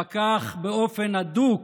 פקח באופן הדוק